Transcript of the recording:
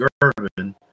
Gervin